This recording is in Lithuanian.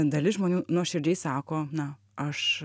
dalis žmonių nuoširdžiai sako na aš